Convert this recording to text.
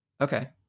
Okay